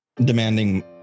demanding